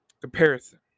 comparison